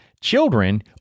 children